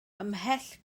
ymhell